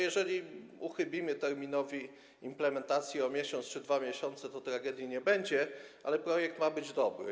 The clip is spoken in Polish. Jeżeli uchybimy terminowi implementacji, spóźnimy się o miesiąc albo 2 miesiące, to tragedii nie będzie, ale projekt ma być dobry.